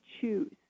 choose